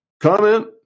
comment